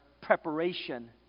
preparation